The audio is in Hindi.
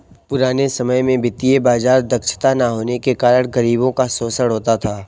पुराने समय में वित्तीय बाजार दक्षता न होने के कारण गरीबों का शोषण होता था